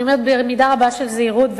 ואני אומרת במידה רבה של זהירות,